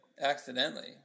accidentally